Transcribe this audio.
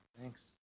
Thanks